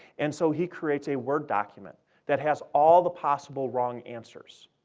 and so he creates a word document that has all the possible wrong answers,